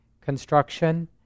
construction